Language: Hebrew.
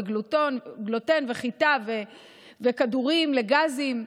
את הגלוטן והחיטה וכדורים לגזים.